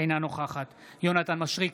אינה נוכחת יונתן מישרקי,